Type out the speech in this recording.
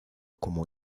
como